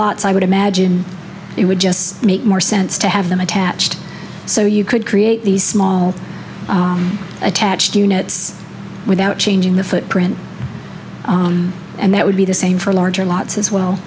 lots i would imagine it would just make more sense to have them attached so you could create these small attached units without changing the footprint and that would be the same for larger lots as